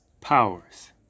powers